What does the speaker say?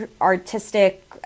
artistic